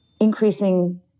increasing